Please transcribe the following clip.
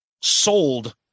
sold